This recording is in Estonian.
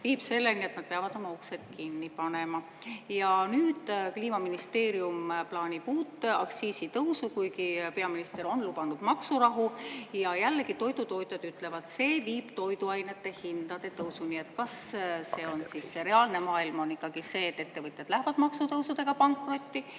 viivad selleni, et nad peavad oma uksed kinni panema. Ja nüüd Kliimaministeerium plaanib uut aktsiisitõusu, kuigi peaminister on lubanud maksurahu. Toidutootjad jällegi ütlevad, et see viib toiduainete hindade tõusuni. Nii et kas reaalne maailm on ikkagi see, et ettevõtted lähevad maksutõusude pärast